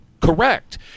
Correct